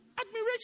Admiration